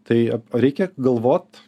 tai reikia galvot